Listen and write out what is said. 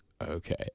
Okay